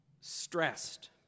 stressed